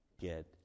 get